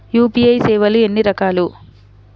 UPI సేవలు ఎన్నిరకాలు?